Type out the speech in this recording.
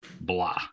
blah